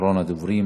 אחרון הדוברים.